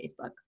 Facebook